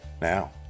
Now